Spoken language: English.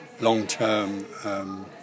long-term